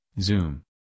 Zoom